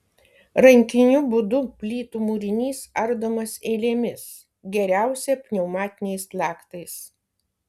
rankiniu būdu plytų mūrinys ardomas eilėmis geriausia pneumatiniais plaktais